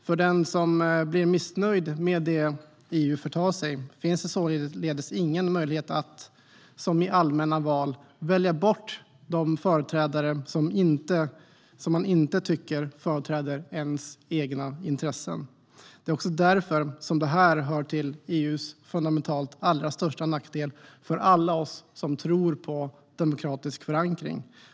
För den som blir missnöjd med det EU företar sig finns det således ingen möjlighet att, som i allmänna val, välja bort de företrädare man inte tycker företräder ens egna intressen. Därför hör det här till en av EU:s fundamentalt allra största nackdelar för alla oss som tror på demokratisk förankring.